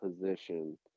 position